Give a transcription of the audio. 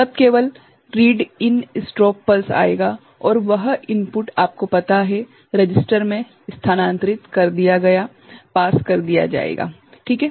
तब केवल read in strobe pulse आएगा और वह इनपुट आपको पता हैं रजिस्टर में स्थानांतरित कर दिया गया पास कर दिया जाएगा ठीक है